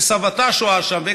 שסבתה שוהה בו,